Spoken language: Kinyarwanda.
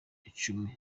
icumi